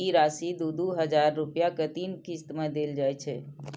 ई राशि दू दू हजार रुपया के तीन किस्त मे देल जाइ छै